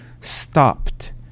stopped